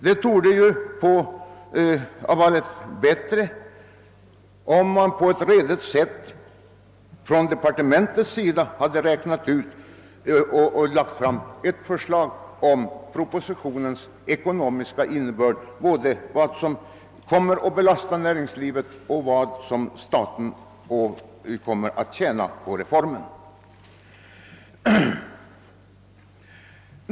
Det torde ha varit bättre om departementet på ett redigt sätt framlagt en kalkyl om propositionens ekonomiska innebörd både beträffande vad som kommer att belasta näringslivet och vad staten tjänar på reformen.